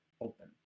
open